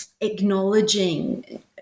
acknowledging